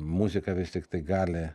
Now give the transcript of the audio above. muzika vis tiktai gali